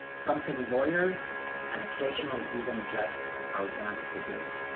something lawyers and occasionally even judges are wont to do.